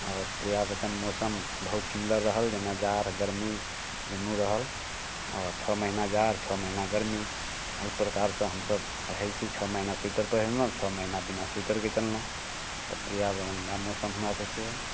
आओर पर्यावरण मौसम बहुत सुन्दर रहल जेना जाड़ गरमी दुनू रहल आओर छओ महिना जाड़ छओ महिना गरमी एहि प्रकार से हमसब रहैत छी छओ महिना स्विटर पहिरलहुँ छओ महिना बिना स्विटरके चललहुँ तऽ पर्यावरणमे मौसम हमरा सबकेँ